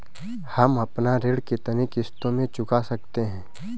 हम अपना ऋण कितनी किश्तों में चुका सकते हैं?